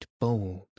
bold